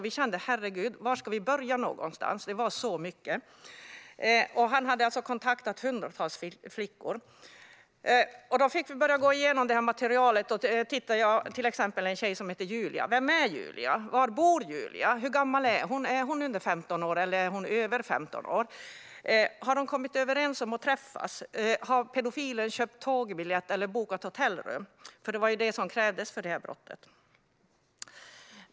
Vi kände: Herregud, var ska vi börja någonstans? Det var så mycket. Han hade kontaktat hundratals flickor. Vi fick börja gå igenom materialet. Det var till exempel en tjej som hette Julia. Vem är Julia? Var bor Julia? Hur gammal är hon? Är hon under 15 år, eller är hon över 15 år? Har de kommit överens om att träffas? Har pedofilen köpt tågbiljett eller bokat hotellrum? Det var ju det som krävdes för detta brott.